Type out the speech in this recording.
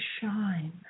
shine